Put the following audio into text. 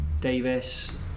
Davis